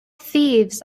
thieves